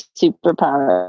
superpower